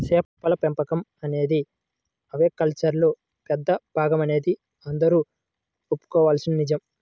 చేపల పెంపకం అనేది ఆక్వాకల్చర్లో పెద్ద భాగమనేది అందరూ ఒప్పుకోవలసిన నిజం